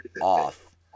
off